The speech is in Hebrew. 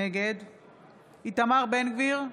נגד איתמר בן גביר,